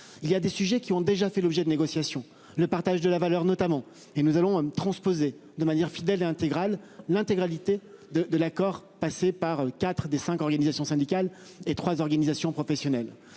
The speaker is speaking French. il y a des sujets qui ont déjà fait l'objet de négociations, le partage de la valeur. Notamment et nous allons transposer de manière fidèle et intégrale l'intégralité de de l'accord passé par 4 des 5 organisations syndicales et 3 organisations professionnelles.